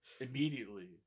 immediately